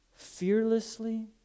fearlessly